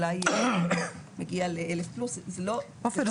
אולי מגיע ל- 1,000+. עופר,